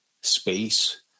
space